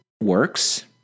works